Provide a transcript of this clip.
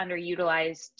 underutilized